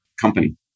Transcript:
company